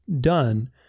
done